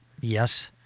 yes